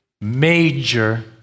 major